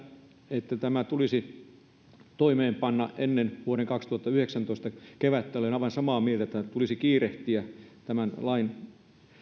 että tämä tulisi toimeenpanna ennen vuoden kaksituhattayhdeksäntoista kevättä olen aivan samaa mieltä että tulisi kiirehtiä tämän lain